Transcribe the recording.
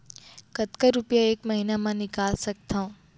कतका रुपिया एक महीना म निकाल सकथव?